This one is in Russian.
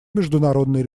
международный